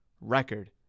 record